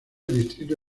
distrito